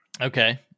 Okay